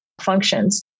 functions